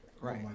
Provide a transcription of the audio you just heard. Right